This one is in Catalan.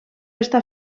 està